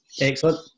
Excellent